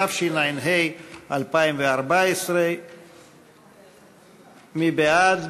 התשע"ה 2014. מי בעד?